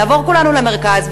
נעבור כולנו למרכז,